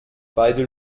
beide